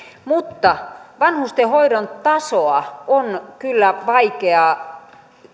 mutta vanhustenhoidon tasoa on kyllä vaikea